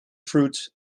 fruit